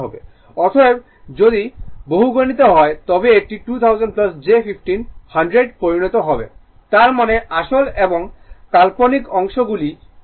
অতএব যদি বহুগুণিত হয় তবে এটি 2000 j 15 100 পরিণত হবে তার মানে আসল এবং কাল্পনিক অংশ গুলি পৃথক করুন